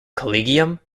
collegium